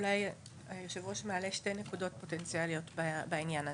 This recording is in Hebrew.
אולי היושב-ראש מעלה שתי נקודות פוטנציאליות בעניין הזה,